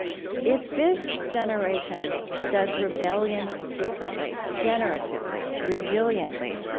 if this generation does rebellion differently, generatively, resiliently,